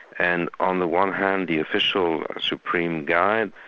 and on the one hand the official supreme guide,